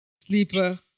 Sleeper